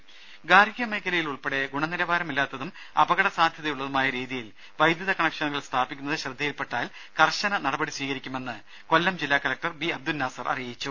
രേര ഗാർഹികമേഖലയിൽ ഉൾപ്പടെ ഗുണനിലവാരമില്ലാത്തതും അപകടസാധ്യതയുള്ളതുമായ രീതിയിൽ വൈദ്യുത കണക്ഷനുകൾ സ്ഥാപിക്കുന്നത് ശ്രദ്ധയിൽപെട്ടാൽ കർശന നടപടി സ്വീകരിക്കുമെന്ന് കൊല്ലം ജില്ലാ കലക്ടർ ബി അബ്ദുൽ നാസർ അറിയിച്ചു